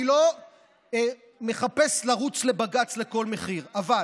אני לא מחפש לרוץ לבג"ץ בכל מחיר, אבל